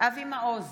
בהצבעה אבי מעוז,